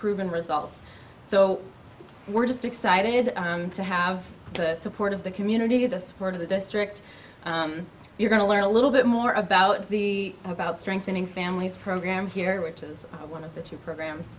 proven results so we're just excited to have the support of the community the support of the district we're going to learn a little bit more about the about strengthening families program here which is one of the two programs